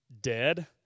dead